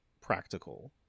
practical